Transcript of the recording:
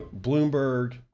Bloomberg